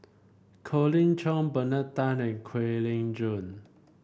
Colin Cheong Bernard Tan and Kwek Leng Joo